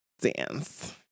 Dance